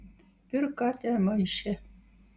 pirk katę maiše